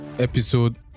episode